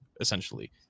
essentially